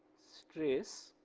stress,